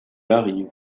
arrive